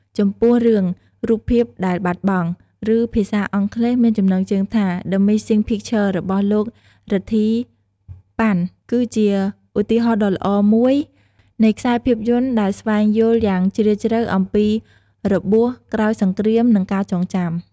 ចំពោះរឿង "រូបភាពដែលបាត់បង់" ឬភាសាអង់គ្លេសមានចំណងជើងថា The Missing Picture របស់លោក រិទ្ធី ប៉ាន់ គឺជាឧទាហរណ៍ដ៏ល្អមួយនៃខ្សែភាពយន្តដែលស្វែងយល់យ៉ាងជ្រាលជ្រៅអំពីរបួសក្រោយសង្គ្រាម និងការចងចាំ ។